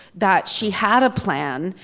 that she had a plan.